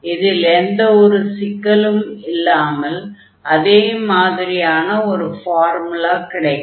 இதில் எந்த ஒரு சிக்கலும் இல்லாமல் அதே மாதிரியான ஒரு ஃபார்முலா கிடைக்கும்